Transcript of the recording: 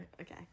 okay